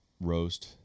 roast